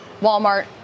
Walmart